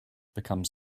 becomes